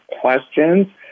questions